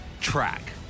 track